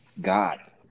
god